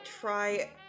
try